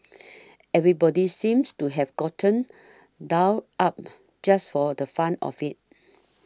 everybody seems to have gotten dolled up just for the fun of it